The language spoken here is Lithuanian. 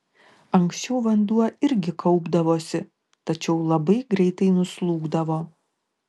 anksčiau vanduo irgi kaupdavosi tačiau labai greitai nuslūgdavo